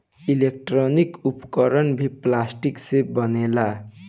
electronic उपकरण भी plastic से बनेला